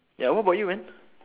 ya what about you man